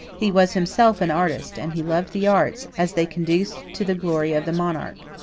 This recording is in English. he was himself an artist and he loved the arts, as they conduced to the glory of the monarch.